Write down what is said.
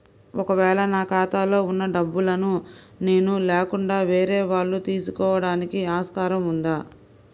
ఒక వేళ నా ఖాతాలో వున్న డబ్బులను నేను లేకుండా వేరే వాళ్ళు తీసుకోవడానికి ఆస్కారం ఉందా?